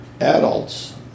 Adults